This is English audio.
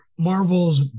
marvel's